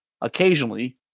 occasionally